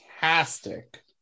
fantastic